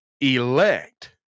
elect